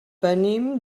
venim